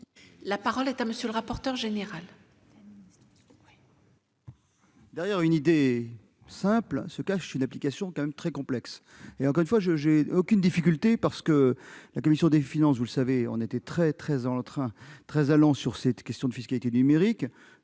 La parole est à M. le rapporteur général,